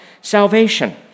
salvation